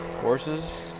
Horses